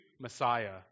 Messiah